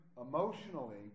emotionally